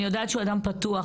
אני יודעת שהוא אדם פתוח,